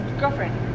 girlfriend